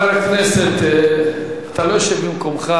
חבר הכנסת בן-ארי, אתה לא יושב במקומך.